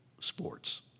sports